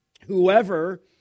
Whoever